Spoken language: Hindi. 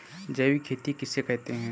जैविक खेती किसे कहते हैं?